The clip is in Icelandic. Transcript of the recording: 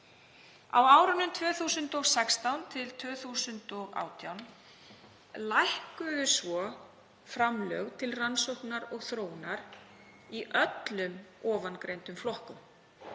Á árunum 2016–2018 lækkuðu svo framlög til rannsókna og þróunar í öllum ofangreindum flokkum.